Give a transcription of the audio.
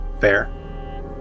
Fair